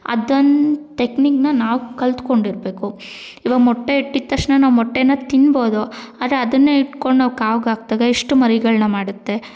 ಅದನ್ನ ಟೆಕ್ನಿಕ್ನ ನಾವು ಕಲಿತ್ಕೊಂಡಿರ್ಬೇಕು ಇವಾಗ ಮೊಟ್ಟೆ ಇಟ್ಟಿದ ತಕ್ಷಣ ನಾವು ಮೊಟ್ಟೆ ತಿನ್ಬೋದು ಆದರೆ ಅದನ್ನೆ ಇಟ್ಕೊಂಡು ನಾವು ಕಾವ್ಗೆ ಹಾಕ್ದಾಗ ಎಷ್ಟು ಮರಿಗಳನ್ನ ಮಾಡುತ್ತೆ